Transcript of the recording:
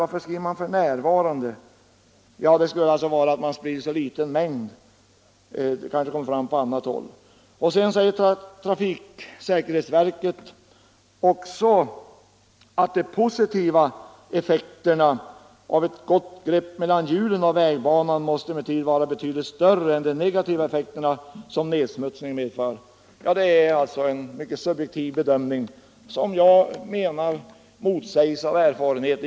Varför skriver man ”för närvarande”? Kanske gäller det att man sprider så liten mängd salt? Det kanske kommer fram på annat håll. Trafiksäkerhetsverket säger: ”De positiva effekterna av ett gott grepp mellan hjulen och vägbanan måste emellertid vara betydligt större” . Det är en subjektiv bedömning som jag menar motsägs av erfarenheten.